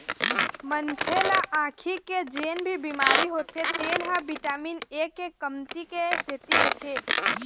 मनखे ल आँखी के जेन भी बिमारी होथे तेन ह बिटामिन ए के कमती के सेती होथे